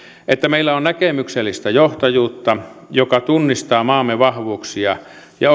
että meillä on näkemyksellistä johtajuutta joka tunnistaa maamme vahvuuksia ja